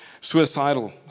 suicidal